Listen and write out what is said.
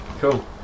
cool